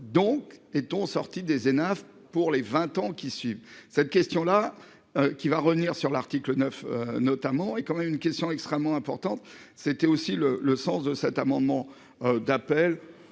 donc est-on sorti des Hénaff. Pour les 20 ans qui suivent cette question là. Qui va revenir sur l'article 9 notamment est quand même une question extrêmement importante, c'était aussi le le sens de cet amendement d'appel